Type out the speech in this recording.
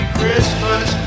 Christmas